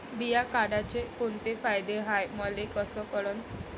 बिमा काढाचे कोंते फायदे हाय मले कस कळन?